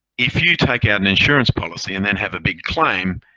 if you take out an insurance policy and then have a big claim,